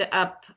up